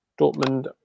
Dortmund